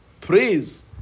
praise